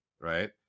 right